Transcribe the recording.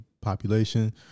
population